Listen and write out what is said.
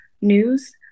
news